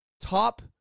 top